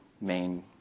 main